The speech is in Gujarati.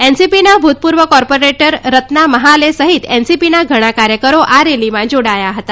એનસીપીના ભૂતપૂર્વ કોર્પોરેટર રત્ના મહાલે સહિત એનસીપીના ઘણા કાર્યકરો આ રેલીમાં જોડાયા હતા